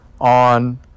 on